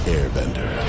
Airbender